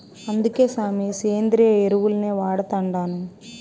అందుకే సామీ, సేంద్రియ ఎరువుల్నే వాడతండాను